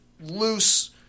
loose